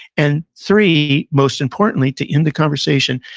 and, three, most importantly, to end the conversation,